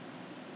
mmhmm